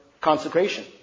consecration